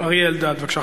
אריה אלדד, בבקשה.